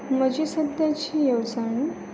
म्हजी सद्याची येवजण पोस्टपेड एक म्हयनो आसा